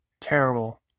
terrible